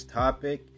topic